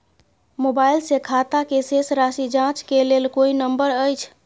Mobile से खाता के शेस राशि जाँच के लेल कोई नंबर अएछ?